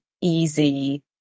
easy